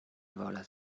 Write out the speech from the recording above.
volas